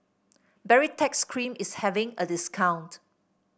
Baritex Cream is having a discount